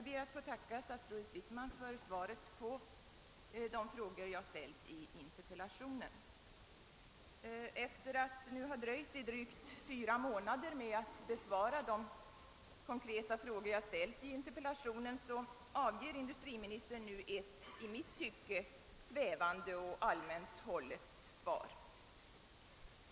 Herr talman! Jag ber att få tacka statsrådet Wickman för svaret på min interpellation. Efter att nu ha dröjt i drygt fyra månader med att besvara de konkreta frågor jag ställde i interpella tionen avger industriministern nu ett i mitt tycke svävande och allmänt hållet svar.